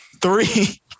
Three